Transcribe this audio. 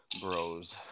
Bros